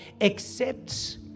accepts